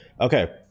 Okay